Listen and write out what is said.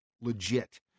legit